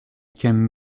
can